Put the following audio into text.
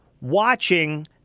watching